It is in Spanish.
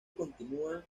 continúa